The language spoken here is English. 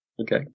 Okay